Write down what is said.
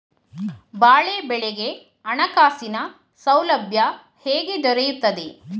ಬಾಳೆ ಬೆಳೆಗೆ ಹಣಕಾಸಿನ ಸೌಲಭ್ಯ ಹೇಗೆ ದೊರೆಯುತ್ತದೆ?